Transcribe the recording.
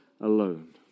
alone